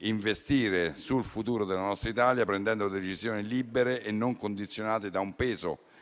investire sul futuro della nostra Italia, prendendo delle decisioni libere e non condizionate da un peso